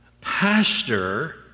pastor